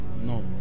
No